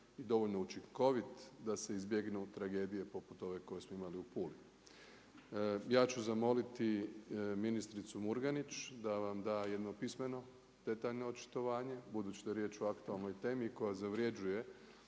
i dovoljno učinkovit da se izbjegnu tragedije poput ove koju smo imali u Puli. Ja ću zamoliti ministricu Murganić da vam da jedno pismeno, detaljno očitovanje, budući da je riječ o aktualnoj temi koja zavrjeđuje